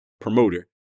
promoter